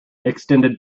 extended